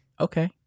Okay